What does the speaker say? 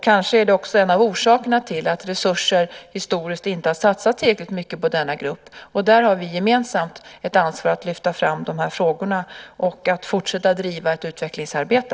Kanske är det också en av orsakerna till att resurser historiskt inte har satsats tillräckligt mycket på denna grupp. Där har vi gemensamt ett ansvar för att lyfta fram de här frågorna och att fortsätta att driva ett utvecklingsarbete.